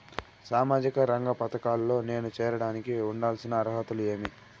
సామాజిక రంగ పథకాల్లో నేను చేరడానికి ఉండాల్సిన అర్హతలు ఏమి?